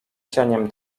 cieniem